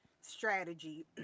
strategy